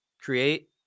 create